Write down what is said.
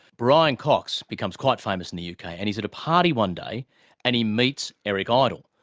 brian cox becomes quite famous in the uk and he's at a party one day and he meets eric ah idle.